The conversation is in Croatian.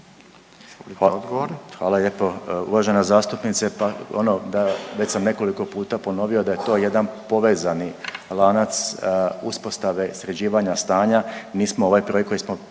Hvala lijepo. Uvažena zastupnice pa ono da, već sam nekoliko puta ponovio da je to jedan povezani lanac uspostave sređivanja stanja.